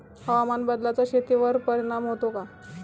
हवामान बदलाचा शेतीवर परिणाम होतो का?